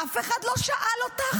אף אחד לא שאל אותך.